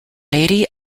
lady